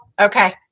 Okay